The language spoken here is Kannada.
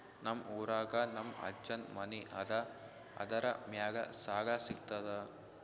ನಮ್ ಊರಾಗ ನಮ್ ಅಜ್ಜನ್ ಮನಿ ಅದ, ಅದರ ಮ್ಯಾಲ ಸಾಲಾ ಸಿಗ್ತದ?